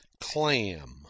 Clam